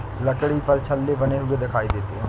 लकड़ी पर छल्ले बने हुए दिखते हैं